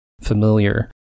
familiar